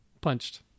punched